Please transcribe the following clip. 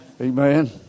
Amen